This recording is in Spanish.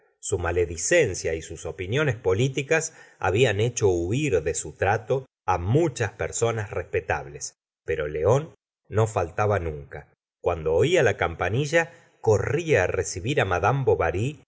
su maledicencia y sus opiniones políticas habían hecho huir de su trato á muchas personas respetables pero león no faltaba nunca cuando oía la campanilla corría á recibir mad bovary